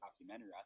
documentary